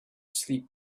sleep